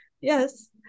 Yes